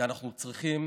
כי אנחנו צריכים